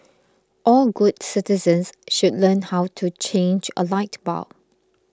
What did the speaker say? all good citizens should learn how to change a light bulb